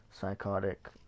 psychotic